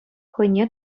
хӑйне